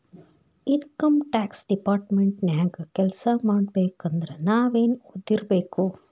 Income tax department ನ್ಯಾಗ್ ಕೆಲ್ಸಾಮಾಡ್ಬೇಕಂದ್ರ ನಾವೇನ್ ಒದಿರ್ಬೇಕು?